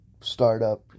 startup